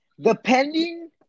Depending